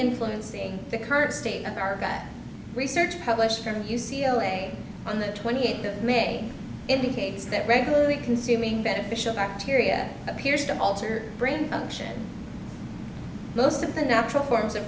influencing the current state of our research published from u c l a on the twenty eighth of may indicates that regularly consuming beneficial bacteria appears to alter brain function most of the natural